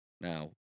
Now